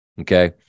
Okay